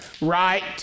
right